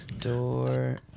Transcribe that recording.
Door